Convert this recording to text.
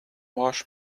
wash